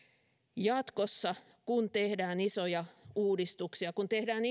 jatkossa kun tehdään isoja uudistuksia kun tehdään